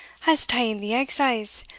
has taen the exies,